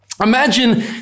Imagine